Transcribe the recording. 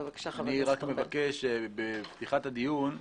אני רק מבקש בפתיחת הדיון,